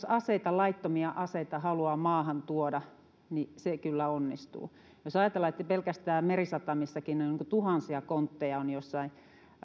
aseita laittomia aseita haluaa maahantuoda niin se kyllä onnistuu jos ajatellaan että pelkästään merisatamissakin on tuhansia kontteja jossain